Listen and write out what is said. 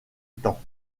temps